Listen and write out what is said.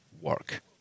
work